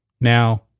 Now